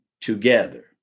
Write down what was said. together